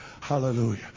Hallelujah